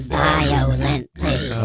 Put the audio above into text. violently